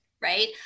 Right